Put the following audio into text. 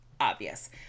obvious